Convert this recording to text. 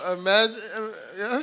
imagine